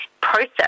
process